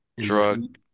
Drug